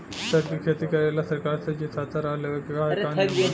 सर के खेती करेला सरकार से जो सहायता राशि लेवे के का नियम बा?